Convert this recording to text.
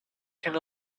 can